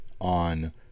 on